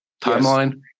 timeline